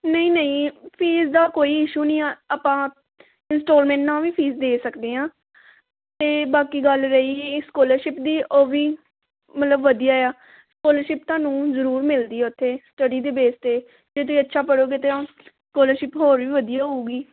ਨਹੀਂ ਨਹੀਂ ਫੀਸ ਦਾ ਕੋਈ ਇਸ਼ੂ ਨਹੀਂ ਆਪਾਂ ਇੰਸਟਾਲਮੈਂਟ ਨਾਲ ਵੀ ਫੀਸ ਦੇ ਸਕਦੇ ਹਾਂ ਅਤੇ ਬਾਕੀ ਗੱਲ ਰਹੀ ਸਕੋਲਰਸ਼ਿਪ ਦੀ ਉਹ ਵੀ ਮਤਲਬ ਵਧੀਆ ਆ ਸਕੋਲਰਸ਼ਿਪ ਤੁਹਾਨੂੰ ਜ਼ਰੂਰ ਮਿਲਦੀ ਹੈ ਉੱਥੇ ਸਟੱਡੀ ਦੇ ਬੇਸ 'ਤੇ ਜੇ ਤੁਸੀਂ ਅੱਛਾ ਪੜ੍ਹੋਗੇ ਤਾਂ ਉਹ ਸਕੋਲਰਸ਼ਿਪ ਹੋਰ ਵੀ ਵਧੀਆ ਹੋਊਗੀ